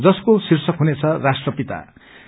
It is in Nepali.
जसको शीर्षक हुनेछ राष्ट्रपिता